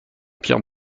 pierre